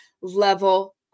level